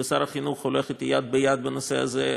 שר החינוך הולך אתי יד ביד בנושא הזה,